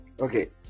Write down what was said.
okay